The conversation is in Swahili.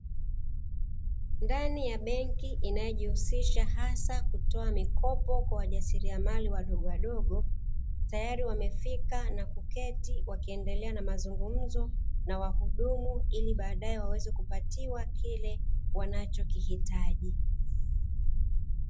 Ndani ya benki inayojihusisha hasa kutoa mikopo kwa wajasiriamali wadogowadogo. Tayari wamefika na kuketi wakiendelea na mazungumzo na wahudumu, ili baadaye waweze kupatiwa kile wanachokihitaji.